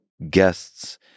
guests